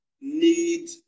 need